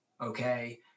Okay